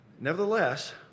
Nevertheless